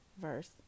verse